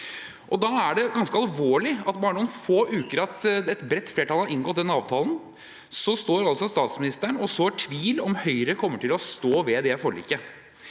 Da er det ganske alvorlig at bare noen få uker etter at et bredt flertall har inngått den avtalen, står altså statsministeren og sår tvil om hvorvidt Høyre kommer til å stå ved det forliket.